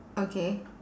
okay